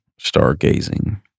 stargazing